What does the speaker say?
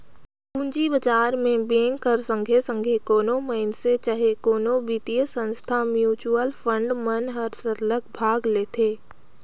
पूंजी बजार में बेंक कर संघे संघे कोनो मइनसे चहे कोनो बित्तीय संस्था, म्युचुअल फंड मन हर सरलग भाग लेथे